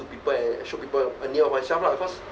to people and show people a of myself lah cause